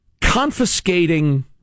Confiscating